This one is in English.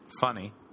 funny